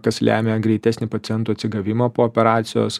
kas lemia greitesnį pacientų atsigavimą po operacijos